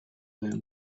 them